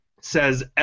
says